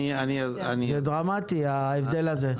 זה דרמטי, ההבדל הזה.